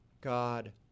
God